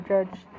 Judge